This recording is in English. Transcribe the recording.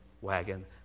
wagon